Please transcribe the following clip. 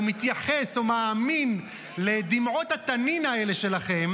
או מתייחס או מאמין לדמעות התנין האלה שלכם